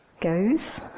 goes